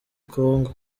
congo